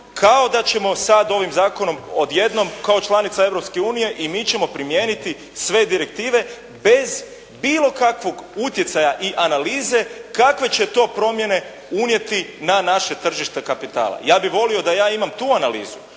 kao da ćemo sada ovim zakonom odjednom kao članica Europske unije i mi ćemo primijeniti sve direktive bez bilo kakvog utjecaja i analize kakve će to promijene unijeti na naše tržište kapitala. Ja bih volio da imam tu analizu,